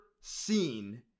seen